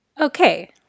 Okay